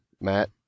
Matt